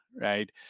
right